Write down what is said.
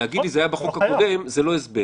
להגיד לי זה היה בחוק הקודם, זה לא הסבר.